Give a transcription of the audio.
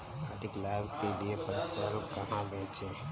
अधिक लाभ के लिए फसल कहाँ बेचें?